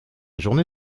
journée